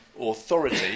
authority